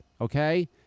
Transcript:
okay